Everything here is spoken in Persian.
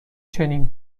چنین